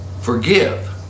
forgive